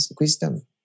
wisdom